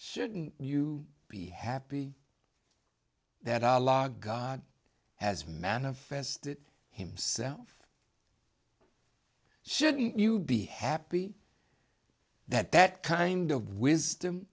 shouldn't you be happy that our law god has manifested himself shouldn't you be happy that that kind of wisdom